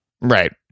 right